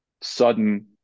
sudden